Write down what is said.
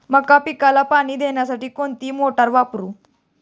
मका पिकाला पाणी देण्यासाठी कोणती मोटार वापरू?